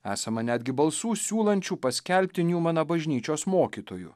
esama netgi balsų siūlančių paskelbti niumaną bažnyčios mokytoju